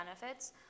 benefits